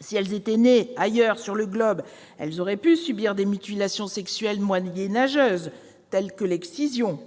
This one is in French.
Si elles étaient nées ailleurs sur le globe, elles auraient pu subir des mutilations sexuelles moyenâgeuses, telles que l'excision.